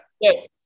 Yes